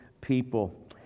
people